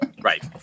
right